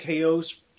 KOs